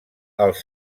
els